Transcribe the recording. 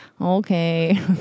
Okay